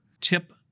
Tip